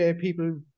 people